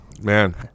Man